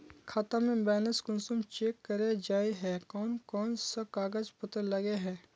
खाता में बैलेंस कुंसम चेक करे जाय है कोन कोन सा कागज पत्र लगे है?